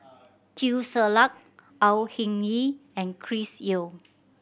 Teo Ser Luck Au Hing Yee and Chris Yeo